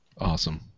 awesome